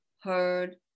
heard